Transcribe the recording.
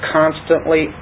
constantly